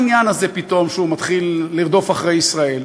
מה העניין הזה פתאום שהוא מתחיל לרדוף אחרי ישראל?